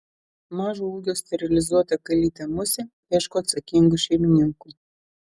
mažo ūgio sterilizuota kalytė musė ieško atsakingų šeimininkų